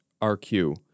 RQ